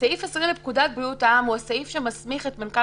סעיף 20 לפקודת בריאות העם הוא הסעיף שמסמיך את מנכ"ל